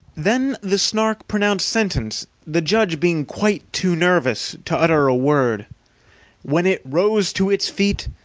then the snark pronounced sentence, the judge being quite too nervous to utter a word when it rose to its feet,